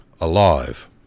alive